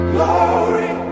Glory